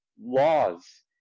laws